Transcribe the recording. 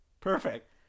Perfect